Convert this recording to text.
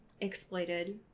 exploited